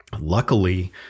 Luckily